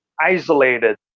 isolated